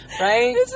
right